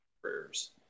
prayers